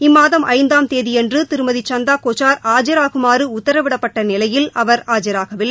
இம்மாதம் ஐந்தாம் தேதியன்று திருமதி சந்தா கோச்சார் ஆஜாகுமாறு உத்தரவிடப்பட்ட நிலையில் அவர் ஆஜராகவில்லை